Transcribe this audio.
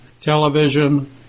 television